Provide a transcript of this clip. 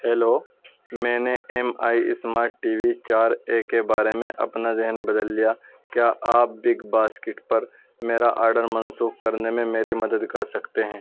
hello میں نے M I smart T V چار اے کے بارے میں اپنا ذہن بدل لیا کیا آپ بگ باسکٹ پر میرا آرڈر منسوخ کرنے میں میری مدد کر سکتے ہیں